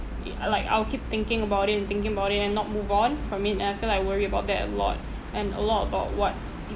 ya like I'll keep thinking about it and thinking about it and not move on from it and I feel like worry about that a lot and a lot about what